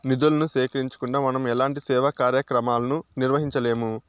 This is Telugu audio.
నిధులను సేకరించకుండా మనం ఎలాంటి సేవా కార్యక్రమాలను నిర్వహించలేము